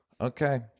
Okay